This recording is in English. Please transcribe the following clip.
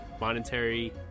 monetary